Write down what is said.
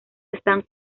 están